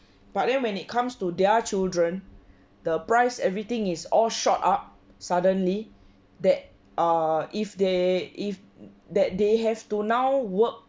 but then when it comes to their children the price everything is all shot up suddenly that err if they if that they have to now work